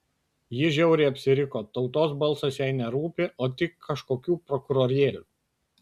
ji žiauriai apsiriko tautos balsas jai nerūpi o tik kažkokių prokurorėlių